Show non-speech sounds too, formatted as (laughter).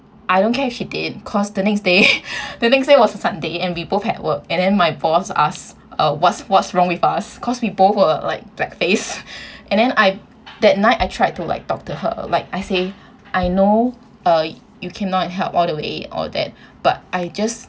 I don't care if she did cause the next day (laughs) the next day was sunday and we both at work and then my boss ask uh what's what's wrong with us cause we both were like black face (laughs) and then I that night I tried to like talk to her like I say I know uh you cannot help all the way or that but I just